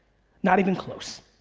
not even close.